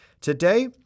today